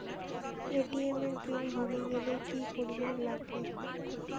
ATM এর PIN ভুলি গেলে কি করিবার লাগবে?